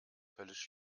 höllisch